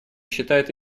считает